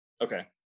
okay